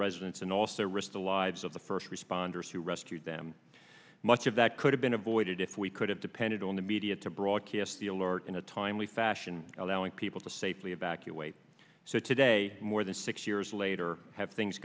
residents and also risk the lives of the first responders who rescued them much of that could have been avoided if we could have depended on the media to broadcast the alert in a timely fashion allowing people to safely evacuated so today more than six years later have things